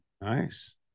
nice